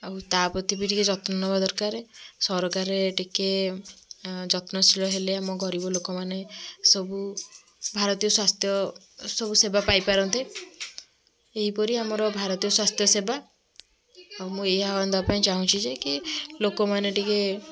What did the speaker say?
ଆଉ ତା ପ୍ରତି ବି ଯତ୍ନନବା ଦରକାରେ ସରକାର ଟିକେ ଯତ୍ନଶୀଳ ହେଲେ ଆମ ଗରିବ ଲୋକମାନେ ସବୁ ଭାରତୀୟ ସ୍ୱାସ୍ଥ୍ୟ ସବୁ ସେବା ପାଇପାରନ୍ତେ ଏହିପରି ଆମର ଭାରତୀୟ ସ୍ୱାସ୍ଥ୍ୟସେବା ଆଉ ମୁଁ ଏଇ ଆହ୍ୱାନ ଦେବା ପାଇଁ ଚାହୁଁଛି ଯେ କି ଲୋକମାନେ ଟିକେ